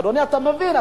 אדוני, אתה מבין.